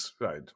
right